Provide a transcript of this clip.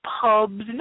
pubs